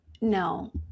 no